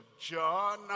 John